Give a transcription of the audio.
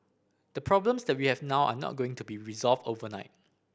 the problems that we have now are not going to be resolved overnight